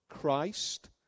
Christ